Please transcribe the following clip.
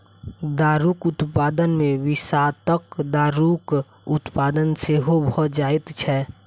दारूक उत्पादन मे विषाक्त दारूक उत्पादन सेहो भ जाइत छै